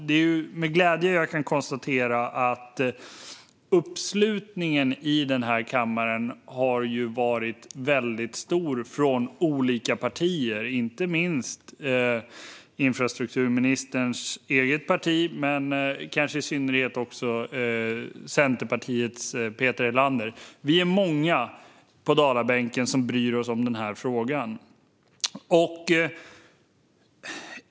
Det är med glädje jag kan konstatera att uppslutningen i denna kammare har varit väldigt stor från olika partier, inte minst från infrastrukturministerns eget parti, och kanske i synnerhet från Centerpartiets Peter Helander. Vi är många på Dalabänken som bryr oss om denna fråga.